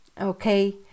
okay